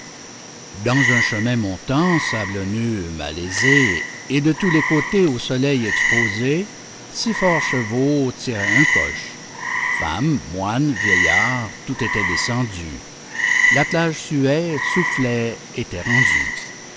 dans un chemin montant sablonneux malaisé et de tous les côtés au soleil exposé six forts chevaux tiraient un coche femmes moine vieillards tout était descendu l'attelage suait soufflait était rendu